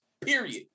period